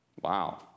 Wow